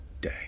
day